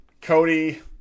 Cody